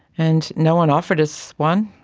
and no one offered us one,